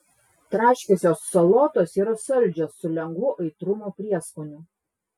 traškiosios salotos yra saldžios su lengvu aitrumo prieskoniu